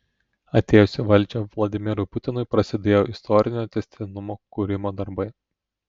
atėjus į valdžią vladimirui putinui prasidėjo istorinio tęstinumo kūrimo darbai